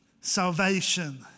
Salvation